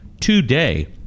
today